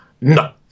No